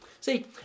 See